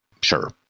sure